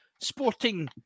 sporting